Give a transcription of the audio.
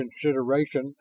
consideration